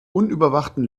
unüberwachten